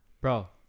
bro